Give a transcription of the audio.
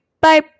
Bye